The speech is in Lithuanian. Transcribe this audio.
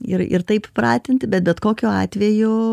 ir ir taip pratinti bet betkokiu atveju